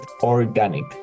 organic